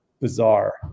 Bizarre